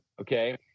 Okay